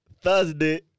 Thursday